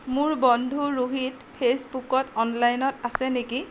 মোৰ বন্ধু ৰোহিত ফেইচবুকত অনলাইনত আছে নেকি